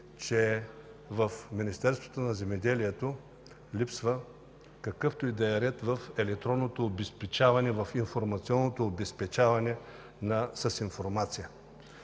че в Министерството на земеделието и храните липсва какъвто и да е ред в електронното обезпечаване, в информационното обезпечаване. Там